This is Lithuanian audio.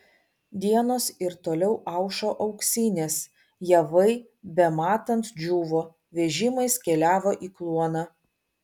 dienos ir toliau aušo auksinės javai bematant džiūvo vežimais keliavo į kluoną